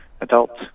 adult